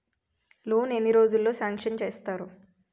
Loan ఎన్ని రోజుల్లో sanction చేస్తారు?